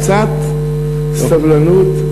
קצת סבלנות.